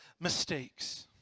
mistakes